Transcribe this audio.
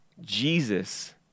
Jesus